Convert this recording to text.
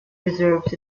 reserves